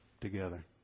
together